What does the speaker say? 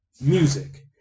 music